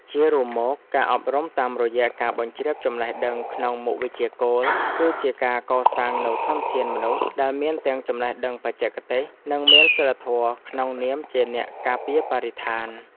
ជារួមមក ការអប់រំតាមរយៈការបញ្ជ្រាបចំណេះដឹងក្នុងមុខវិជ្ជាគោល គឺជាការកសាងនូវធនធានមនុស្សដែលមានទាំងចំណេះដឹងបច្ចេកទេស និងមានសីលធម៌ក្នុងនាមជាអ្នកការពារបរិស្ថាន។